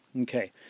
okay